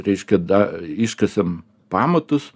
reiškia da iškasam pamatus